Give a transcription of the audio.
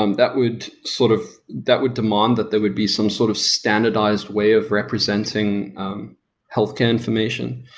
um that would sort of that would demand that there would be some sort of standardized way of representing healthcare information.